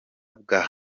bwa